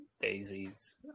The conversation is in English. Daisies